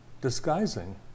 Disguising